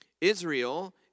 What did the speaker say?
Israel